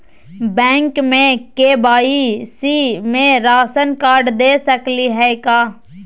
Bank में KYC में ration card दे सकली हई का?